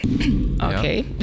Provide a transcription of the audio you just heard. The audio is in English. okay